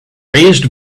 raised